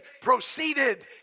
proceeded